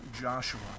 Joshua